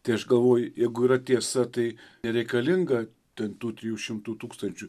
tai aš galvoju jeigu yra tiesa tai nereikalinga ten tų trijų šimtų tūkstančių